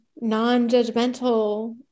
non-judgmental